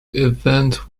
event